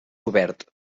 obert